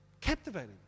captivating